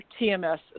TMS